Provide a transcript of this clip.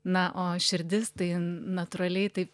na o širdis tai natūraliai taip